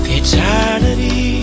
eternity